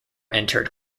entered